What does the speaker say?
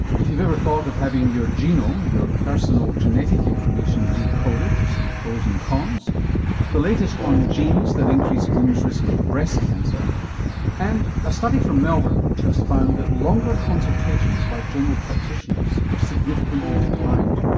if you've ever thought of having your genome, your personal genetic information, decoded, some pros and cons the latest on genes that increase a woman's risk of breast cancer and a study from melbourne which has found that longer consultations by general practitioners have significantly declined.